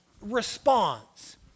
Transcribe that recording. response